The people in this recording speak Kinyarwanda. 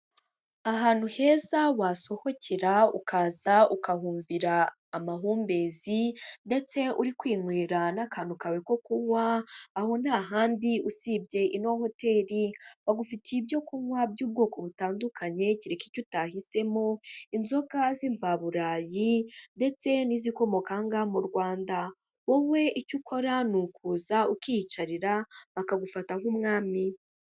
Ahantu heza wasohokera ukaza ukabumvira amahumbezi ndetse uri kwinywera n'akantu kawe ko kunywa, aho nta handi usibye ino hoteli, bagufitiye ibyo kunywa by'ubwoko butandukanye kereka icyo utahisemo, inzoga z'imvaburayi ndetse n'izikomoka aha ngaha mu Rwanda, wowe icyo ukora ni ukuza ukiyicarira bakagufata nk'umwami.